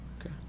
Okay